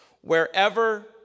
wherever